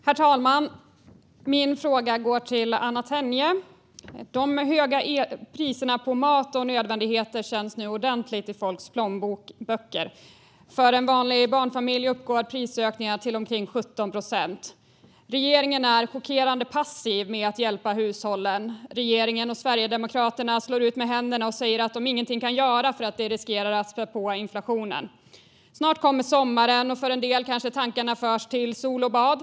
Herr talman! Min fråga går till Anna Tenje. De höga priserna på mat och andra nödvändigheter känns nu ordentligt i folks plånböcker. För en vanlig barnfamilj har kostnaderna ökat med omkring 17 procent. Regeringen är chockerande passiv med att hjälpa hushållen. Regeringen och Sverigedemokraterna slår ut med händerna och säger att de inget kan göra då det riskerar att spä på inflationen. Snart kommer sommaren, och för en del går tankarna till sol och bad.